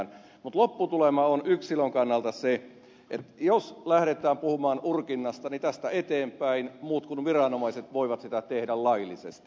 mutta lopputulema on yksilön kannalta se että jos lähdetään puhumaan urkinnasta niin tästä eteenpäin muut kuin viranomaiset voivat sitä tehdä laillisesti